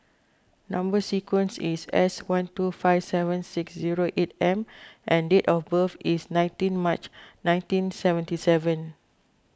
Number Sequence is S one two five seven six zero eight M and date of birth is nineteen March nineteen seventy seven